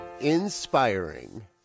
inspiring